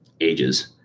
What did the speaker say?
ages